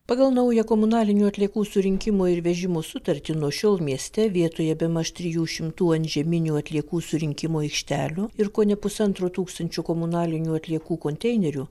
pagal naują komunalinių atliekų surinkimo ir vežimo sutartį nuo šiol mieste vietoje bemaž trijų šimtų antžeminių atliekų surinkimo aikštelių ir kone pusantro tūkstančių komunalinių atliekų konteinerių